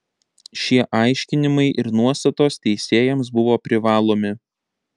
šie aiškinimai ir nuostatos teisėjams buvo privalomi